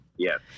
Yes